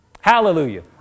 Hallelujah